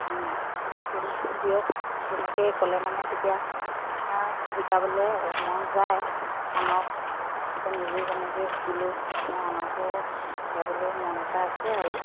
প্ৰশিক্ষণ দিয়ক তেনেকৈ ক'লে মানে তেতিয়া শিকাবলৈ মন যায় আনক এতিয়া নিজে যেনেকৈ শিকিলোঁ তেনে আনকো শিকাবলৈ মন এটা আছে আৰু